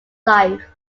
life